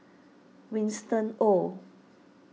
Winston Oh